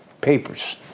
papers